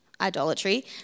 idolatry